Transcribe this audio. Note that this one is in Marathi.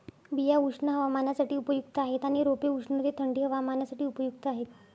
बिया उष्ण हवामानासाठी उपयुक्त आहेत आणि रोपे उष्ण ते थंडी हवामानासाठी उपयुक्त आहेत